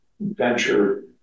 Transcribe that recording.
venture